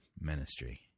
ministry